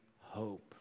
hope